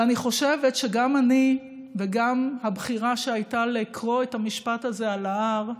ואני חושבת שגם אני וגם הבחירה שהייתה לקרוא את המשפט הזה על ההר,